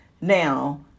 Now